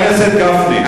חבר הכנסת גפני, תודה.